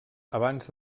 abans